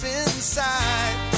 inside